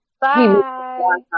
Bye